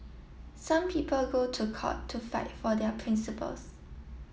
some people go to court to fight for their principles